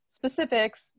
Specifics